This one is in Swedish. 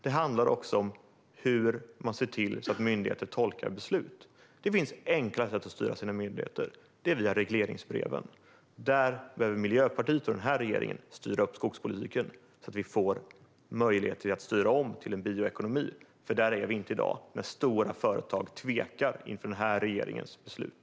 Det handlar också om hur man ser till att myndigheter tolkar beslut. Det finns enkla sätt att styra sina myndigheter. Det sker via regleringsbreven. Där behöver Miljöpartiet och den här regeringen styra upp skogspolitiken, så att vi får möjlighet att styra om till en bioekonomi. Där är vi inte i dag, när stora företag tvekar inför den här regeringens beslut.